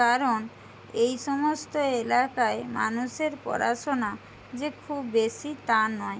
কারণ এই সমস্ত এলাকায় মানুষের পড়াশোনা যে খুব বেশি তা নয়